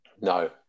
No